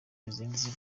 izindi